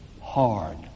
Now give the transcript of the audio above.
hard